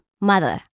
mother